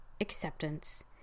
acceptance